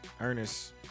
Ernest